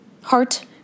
heart